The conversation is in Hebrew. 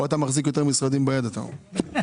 פה אתה מחזיק יותר משרדים ביד או בגרון.